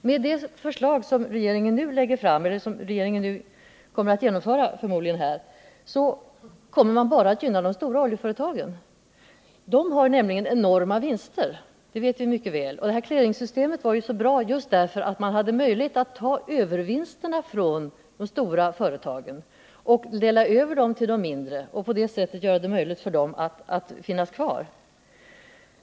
Med det förslag som regeringen förmodligen kommer att genomföra kommer man bara att gynna de stora oljeföretagen. De har enorma vinster — det vet vi mycket väl. Clearingsystemet är så bra just därför att man därigenom har möjlighet att ta övervinsterna från de stora företagen och lägga över dem till de mindre och därmed göra det möjligt för dem att överleva.